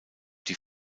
die